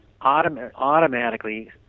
automatically